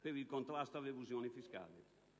per il contrasto all'elusione fiscale.